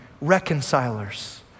reconcilers